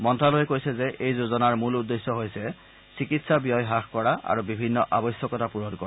মন্ত্ৰ্যালয়ে কৈছে যে এই যোজনাৰ মূল উদ্দেশ্য হৈছে চিকিৎসা ব্যয় হ্ৰাস কৰা আৰু বিভিন্ন আৱশ্যকতা পূৰণ কৰা